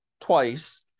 twice